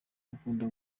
bakunda